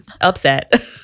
upset